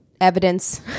evidence